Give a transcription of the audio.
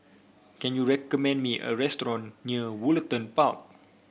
can you recommend me a restaurant near Woollerton Park